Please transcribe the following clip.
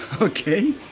okay